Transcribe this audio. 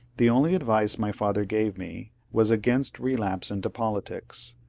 the only advice my father gave me was against relapse into politics.